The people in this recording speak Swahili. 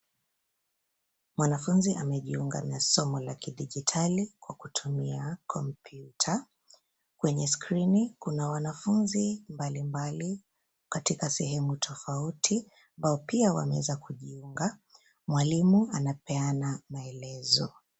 Mwanafunzi amejiunga na somo la kidijitali kwa kutumia kompyuta. Kwenye skrini kuna wanafunzi mbalimbali katika sehemu tofauti ambao pia wameweza kujiunga. Mwalimu anapeana maelezo.